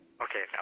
Okay